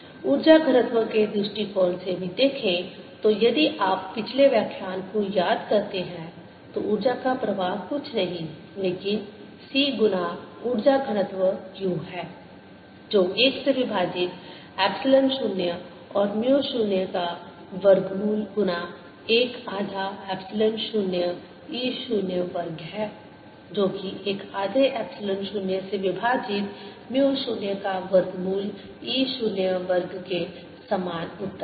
ऊर्जा घनत्व के दृष्टिकोण से भी देखें तो यदि आप पिछले व्याख्यान को याद करते हैं तो ऊर्जा का प्रवाह कुछ नहीं लेकिन c गुना ऊर्जा घनत्व u है जो एक से विभाजित एप्सिलॉन 0 और म्यू 0 का वर्गमूल गुना एक आधा एप्सिलॉन 0 e 0 वर्ग है जो कि एक आधे एप्सिलॉन 0 से विभाजित म्यू 0 का वर्गमूल e 0 वर्ग के समान उत्तर है